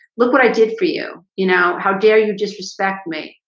look what i did for you. you know, how dare you disrespect me?